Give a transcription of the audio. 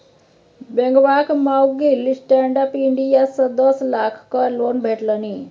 बेंगबाक माउगीक stand up India सँ दस लाखक लोन भेटलनि